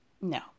No